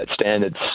standards